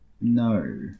No